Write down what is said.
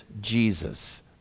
Jesus